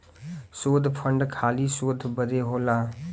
शोध फंड खाली शोध बदे होला